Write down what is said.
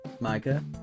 Micah